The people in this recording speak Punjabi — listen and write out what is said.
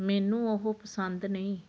ਮੈਨੂੰ ਉਹ ਪਸੰਦ ਨਹੀਂ